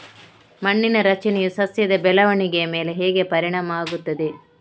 ಮಣ್ಣಿನ ರಚನೆಯು ಸಸ್ಯದ ಬೆಳವಣಿಗೆಯ ಮೇಲೆ ಹೇಗೆ ಪರಿಣಾಮ ಆಗ್ತದೆ?